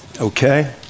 okay